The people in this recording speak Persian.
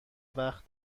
وقت